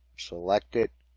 select it,